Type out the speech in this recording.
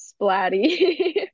splatty